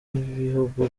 n’ibihugu